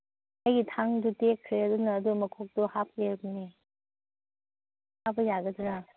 ꯑꯩꯒꯤ ꯊꯥꯡꯗꯣ ꯇꯦꯛꯈ꯭ꯔꯦ ꯑꯗꯨꯅ ꯑꯗꯨ ꯃꯈꯣꯛꯇꯣ ꯍꯥꯞꯀꯦ ꯍꯥꯏꯕꯅꯦ ꯍꯥꯞꯄ ꯌꯥꯒꯗ꯭ꯔꯥ